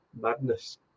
madness